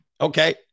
Okay